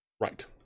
Right